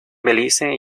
belice